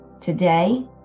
today